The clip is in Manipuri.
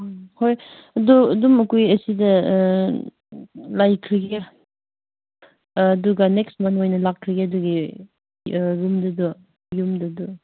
ꯎꯝ ꯍꯣꯏ ꯑꯗꯨ ꯑꯗꯨꯝ ꯑꯩꯈꯣꯏ ꯑꯁꯤꯗ ꯂꯩꯈꯤꯒꯦ ꯑꯗꯨꯒ ꯅꯦꯛꯁ ꯃꯟ ꯑꯣꯏꯅ ꯂꯥꯛꯄꯤꯒꯦ ꯑꯗꯨꯒꯤ ꯔꯨꯝꯗꯨꯗ ꯌꯨꯝꯗꯨꯗ